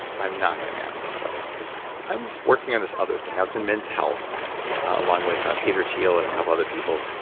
i'm not gonna ask them for you. cause i'm working on this other thing. i was in men's health along with peter teel and a couple other people.